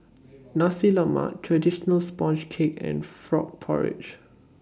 Nasi Lemak Traditional Sponge Cake and Frog Porridge